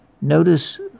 Notice